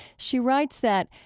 she writes that,